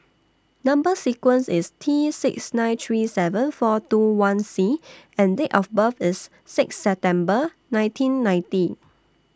Number sequence IS T six nine three seven four two one C and Date of birth IS six September nineteen ninety